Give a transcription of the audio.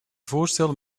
voorstel